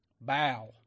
Bow